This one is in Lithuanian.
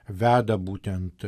veda būtent